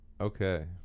okay